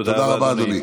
תודה רבה, אדוני.